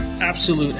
absolute